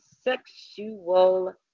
sexual